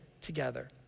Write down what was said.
together